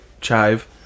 Chive